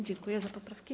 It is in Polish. Dziękuję za poprawki.